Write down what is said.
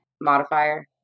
modifier